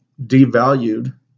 devalued